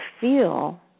feel